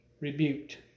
rebuked